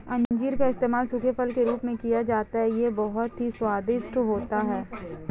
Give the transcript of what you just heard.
अंजीर का इस्तेमाल सूखे फल के रूप में किया जाता है यह बहुत ही स्वादिष्ट होता है